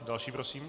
Další prosím.